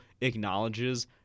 acknowledges